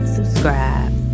Subscribe